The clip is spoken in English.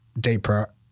deeper